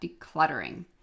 decluttering